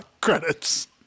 Credits